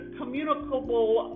communicable